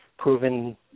Proven